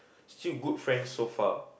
still good friends so far